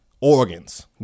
organs